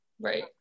Right